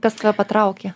kas tave patraukė